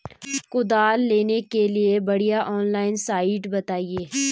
कुदाल लेने के लिए बढ़िया ऑनलाइन साइट बतायें?